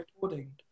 recording